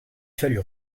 fallut